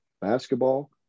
basketball